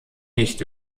nicht